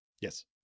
Yes